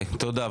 תודה.